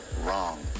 wrong